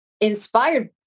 inspired